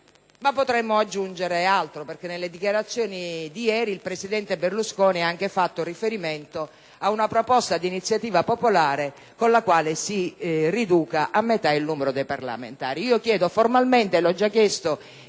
Mapotremmo aggiungere altro, perché nelle dichiarazioni di ieri il presidente Berlusconi ha fatto ancheriferimento a una proposta di iniziativa popolare con la quale si riduca a metà il numero dei parlamentari.